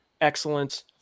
excellence